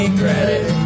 credit